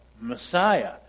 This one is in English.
Messiah